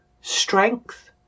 strength